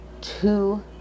two